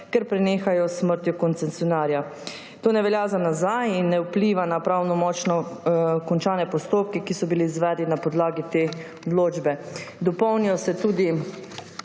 ker prenehajo s smrtjo koncesionarja. To ne velja za nazaj in ne vpliva na pravnomočno končane postopke, ki so bili izvedeni na podlagi te odločbe.